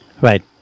Right